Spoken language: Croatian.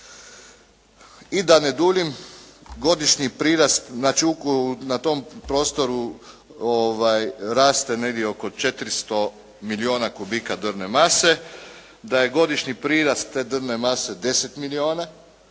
I da ne duljim, godišnji prirast, znači na tom prostoru raste negdje oko 400 milijuna kubika drvne mase, da je godišnji prirast te drvne mase 10 milijuna,